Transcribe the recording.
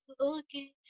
okay